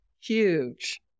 huge